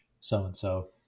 so-and-so